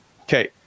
Okay